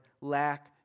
lack